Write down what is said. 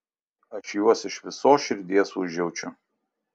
aš juos iš visos širdies užjaučiau